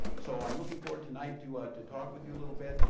so i'm looking forward tonight to ah to talk with you a little bit,